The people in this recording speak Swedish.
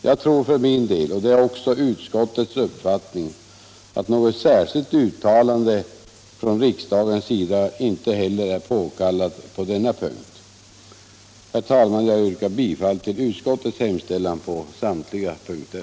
Jag tror för min del, och det är också utskottets uppfattning, att något särskilt uttalande från riksdagens sida inte heller är påkallat på denna punkt. Herr talman! Jag yrkar bifall till utskottets hemställan på samtliga punkter.